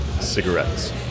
cigarettes